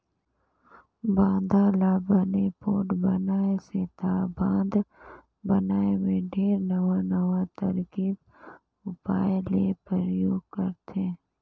बांधा ल बने पोठ बनाए सेंथा बांध बनाए मे ढेरे नवां नवां तरकीब उपाय ले परयोग करथे